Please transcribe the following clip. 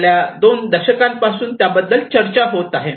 गेल्या दोन दशकांपासून त्याबद्दल चर्चा होत आहे